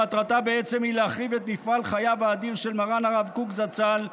שמטרתה בעצם היא להחריב את מפעל חייו האדיר של מרן הרב קוק זצ"ל,